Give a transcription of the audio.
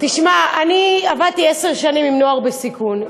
תשמע, אני עבדתי עשר שנים עם נוער בסיכון.